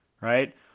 Right